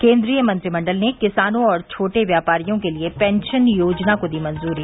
केन्द्रीय मंत्रिमंडल ने किसानों और छोटे व्यापारियों के लिए पेंशन योजना को दी मंजूरी